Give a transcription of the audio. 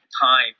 time